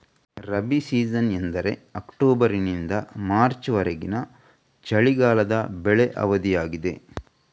rabi season ಎಂದರೆ ಅಕ್ಟೋಬರಿನಿಂದ March ವರೆಗಿನ ಚಳಿಗಾಲದ ಬೆಳೆ ಅವಧಿಯಾಗಿದೆ